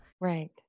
right